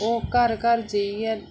ओह् घर घर जाइयै